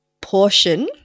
portion